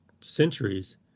centuries